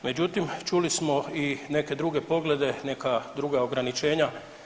Međutim, čuli smo i neke druge poglede, neka druga ograničenja.